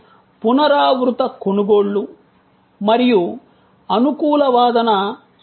మనం పునరావృత కొనుగోళ్లు మరియు అనుకూల వాదన సృష్టించాలనుకుంటున్నాము